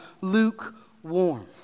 lukewarm